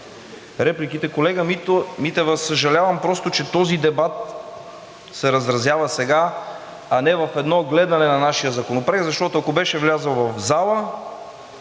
репликите. Колега Митева, съжалявам просто, че този дебат се разразява сега, а не в едно гледане на нашия законопроект. Защото, ако беше влязъл в залата,